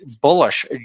Bullish